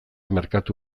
merkatu